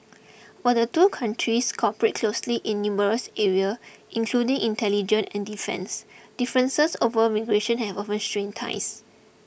while the two countries cooperate closely in numerous area including intelligence and defence differences over migration have often strained ties